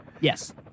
Yes